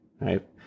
Right